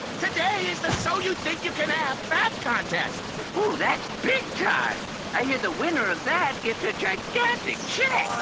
today is the so you think you can app app contest! that's big time! i hear the winner of that gets a gigantic check.